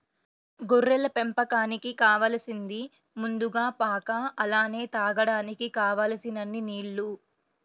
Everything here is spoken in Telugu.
గొర్రెల పెంపకానికి కావాలసింది ముందుగా పాక అలానే తాగడానికి కావలసినన్ని నీల్లు